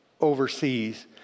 overseas